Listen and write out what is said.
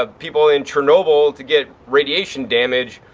ah people in chernobyl to get radiation damage,